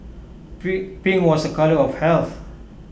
pink was A colour of health